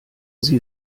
sie